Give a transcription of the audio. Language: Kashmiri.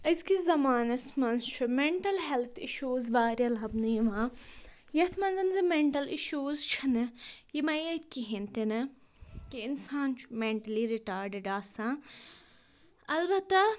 أزۍکِس زمانَس منٛز چھُ مٮ۪نٹَل ہٮ۪لٕتھ اِشوٗز واریاہ لَبنہٕ یِوان یَتھ منٛز زِ مٮ۪نٹَل اِشوٗز چھِنہٕ یِمَے یٲتۍ کِہیٖنۍ تِنہٕ کہِ اِنسان چھُ مٮ۪نٹٕلی رِٹاڈڈ آسا البتہ